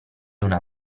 una